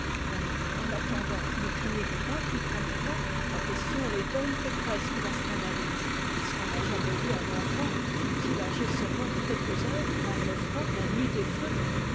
mais en attendant ne craignez-vous pas qu'il prenne froid ma question l'étonné et presque la scandalise est-ce qu'on a jamais vu un enfant fût-il âgé seulement de quelques heures prendre froid la nuit des feux